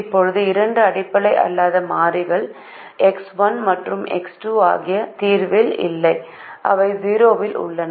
இப்போது இரண்டு அடிப்படை அல்லாத மாறிகள் எக்ஸ் 1 மற்றும் எக்ஸ் 2 ஆகியவை தீர்வில் இல்லை அவை 0 இல் உள்ளன